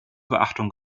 beachtung